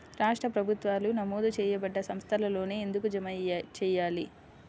రాష్ట్ర ప్రభుత్వాలు నమోదు చేయబడ్డ సంస్థలలోనే ఎందుకు జమ చెయ్యాలి?